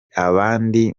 abandi